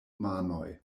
manoj